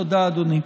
תודה, אדוני.